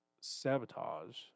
sabotage